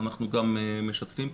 אנחנו גם משתפים פעולה,